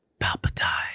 Palpatine